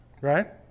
Right